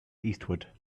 eastward